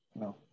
no